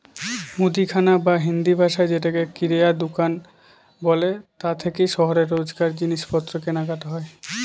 মুদিখানা বা হিন্দিভাষায় যাকে কিরায়া দুকান বলে তা থেকেই শহরে রোজকার জিনিসপত্র কেনাকাটা হয়